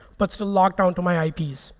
but still locked down to my ips.